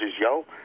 yo